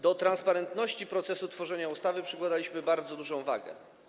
Do transparentności procesu tworzenia ustawy przykładaliśmy bardzo dużą wagę.